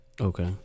Okay